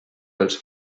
pels